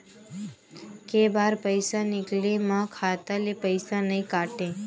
के बार पईसा निकले मा खाता ले पईसा नई काटे?